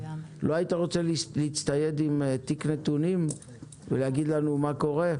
לא היית רוצה להצטייד עם תיק נתונים ולהגיד לנו מה קורה?